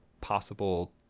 possible